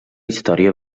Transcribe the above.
història